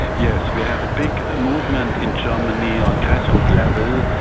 yes, we have a big ah movement in germany on grassroots level,